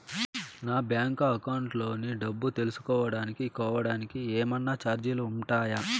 నా bank account లోని డబ్బు తెలుసుకోవడానికి కోవడానికి ఏమన్నా చార్జీలు ఉంటాయా?